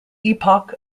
epoch